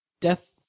Death